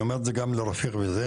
אני אומר את זה גם לרפיק וזה,